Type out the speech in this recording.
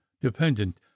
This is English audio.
dependent